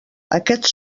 aquests